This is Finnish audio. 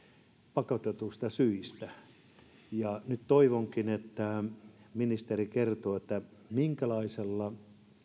pakotetuista syistä nyt toivonkin että ministeri kertoo minkälaisella